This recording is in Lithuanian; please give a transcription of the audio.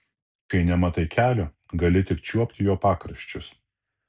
kai nematai kelio gali tik čiuopti jo pakraščius